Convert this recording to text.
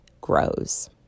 grows